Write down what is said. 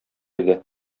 иде